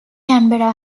canberra